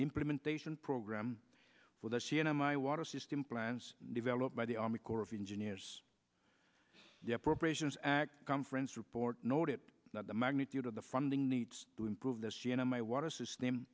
implementation program for the c n n my water system plans developed by the army corps of engineers the appropriations act conference report noted that the magnitude of the funding needs to improve the c n n my water system